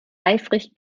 eifrig